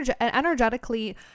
energetically